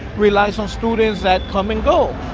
relies on students that come and go.